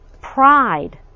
Pride